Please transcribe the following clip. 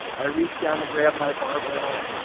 i reach down to grab my barbell,